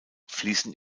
fließen